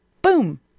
Boom